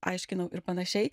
aiškinau ir panašiai